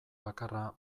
bakarra